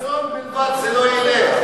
עם רצון בלבד זה לא ילך.